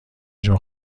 جون